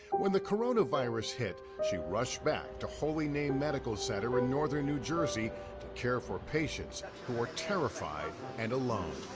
when the coronavirus hit, she rushed back to holy name medical center in northern new jersey to care for patients who were terrified and alone.